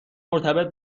مرتبط